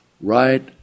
right